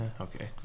okay